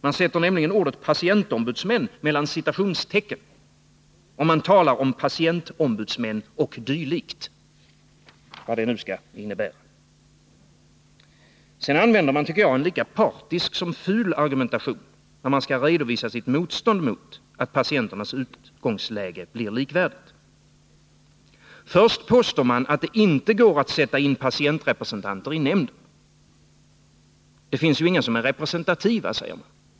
Man sätter nämligen ordet patientombudsmän mellan citationstecken. Och man talar om patientombudsmän och dylikt — vad det nu innebär. Utskottet använder enligt min mening en lika partisk som ful argumentation, när man skall redovisa sitt motstånd mot att patienternas utgångsläge blir likvärdigt. Först påstår man att det inte går att sätta in patientrepresentanter i nämnden. Det finns inga som är representativa, säger man.